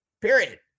period